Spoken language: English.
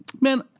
man